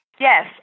Yes